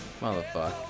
Motherfucker